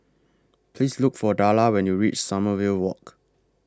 Please Look For Darla when YOU REACH Sommerville Walk